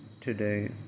today